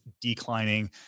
declining